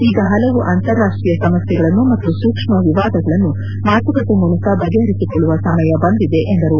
ಈಗ ಹಲವು ಅಂತರಾಷ್ಟೀಯ ಸಮಸ್ಥೆಗಳನ್ನು ಮತ್ತು ಸೂಕ್ಷ್ಮ ವಿವಾದಗಳನ್ನು ಮಾತುಕತೆ ಮೂಲಕ ಬಗೆಹರಿಸಿಕೊಳ್ಳುವ ಸಮಯ ಬಂದಿದೆ ಎಂದರು